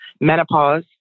menopause